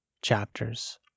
chapters